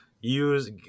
use